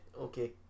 Okay